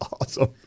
awesome